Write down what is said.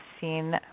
seen